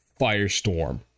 Firestorm